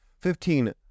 Fifteen